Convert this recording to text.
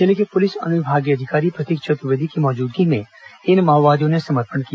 जिले के पुलिस अनुविभागीय अधिकारी प्रतीक चतुर्वेदी की मौजूदगी में इन माओवादियों ने समर्पण किया